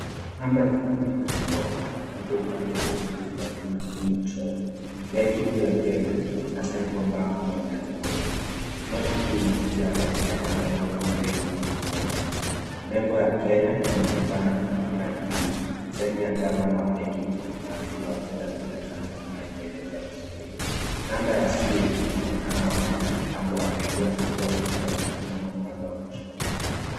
Namba elfu moja imeandikwa kwa ukubwa upande zote mbili za juu na chini kushoto. Benki kuu ya Kenya na central bank yameandikwa juu. Noti hii ina picha ya rais wa kwanza wa Kenya Mzee Jomo Kenyatta. Nembo ya Kenya inaonekana katikati juu. Saini ya gavana wa benki kuu na waziri wa fedha zinaonekana chini ya maelezo ya kisheria. Namba ya siri inaonekana wazi upande wa kulia na pia umechapishwa upande wa kushoto.